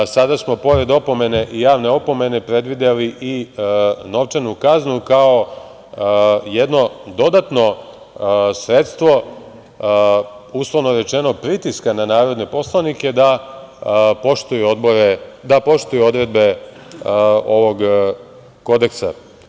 Sada smo pored opomene i javne opomene predvideli i novčanu kaznu, kao jedno dodatno sredstvo, uslovno rečeno, pritiska na narodne poslanike da poštuju odredbe ovog Kodeksa.